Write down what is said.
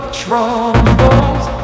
troubles